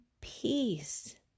peace